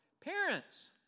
Parents